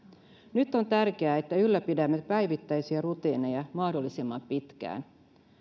nyt on tärkeää että ylläpidämme päivittäisiä rutiineja mahdollisimman pitkään